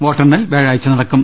വോട്ടെണ്ണൽ വ്യാഴാഴ്ച നടക്കും